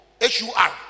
H-U-R